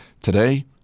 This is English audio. Today